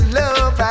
love